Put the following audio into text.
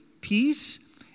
peace